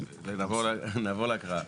נעבור להקראה.